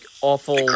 awful